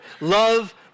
Love